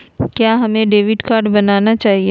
क्या हमें debit card बनाना चाहिए?